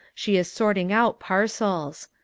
she is sorting out parcels.